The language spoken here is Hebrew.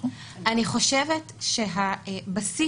אני חושבת שהבסיס